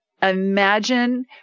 Imagine